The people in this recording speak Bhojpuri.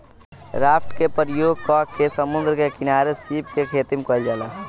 राफ्ट के प्रयोग क के समुंद्र के किनारे सीप के खेतीम कईल जाला